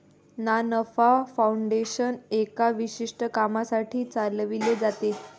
ना नफा फाउंडेशन एका विशिष्ट कामासाठी चालविले जाते